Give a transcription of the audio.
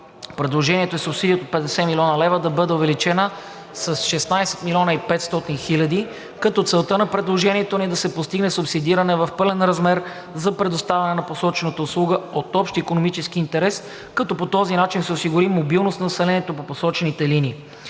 Предложението ни е субсидията от 50 млн. лв. да бъде увеличена с 16 млн. и 500 хил. лв., като целта на предложението е да се постигне субсидиране в пълен размер за предоставянето на посочената услуга от общ икономически интерес, като по този начин се осигури мобилност на населението по посочените линии.